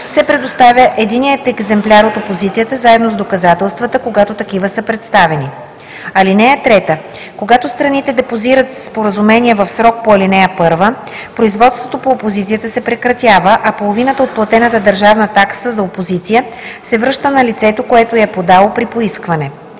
се предоставя единият екземпляр от опозицията заедно с доказателствата, когато такива са представени. (3) Когато страните депозират споразумение в срока по ал. 1, производството по опозицията се прекратява, а половината от платената държавна такса за опозиция се връща на лицето, което я е подало, при поискване.